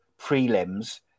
prelims